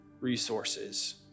resources